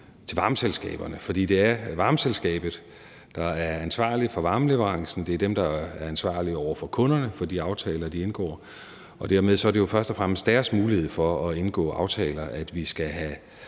til varmeselskaberne. For det er varmeselskaberne, der er ansvarlige for varmeleverancen; det er varmeselskaberne, der er ansvarlige over for kunderne og for de aftaler, de indgår. Dermed er det jo først og fremmest deres mulighed for at indgå aftaler, vi skal have